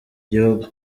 gihugu